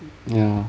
ya